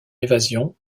évasion